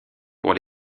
pour